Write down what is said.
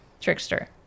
trickster